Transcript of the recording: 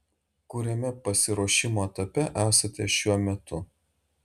kuriame pasiruošimo etape esate šiuo metu